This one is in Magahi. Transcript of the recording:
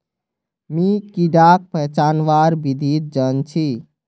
मी कीडाक पहचानवार विधिक जन छी